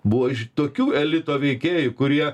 buvo iš tokių elito veikėjų kurie